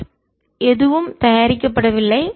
F எதுவும் தயாரிக்கப்படவில்லை